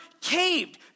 caved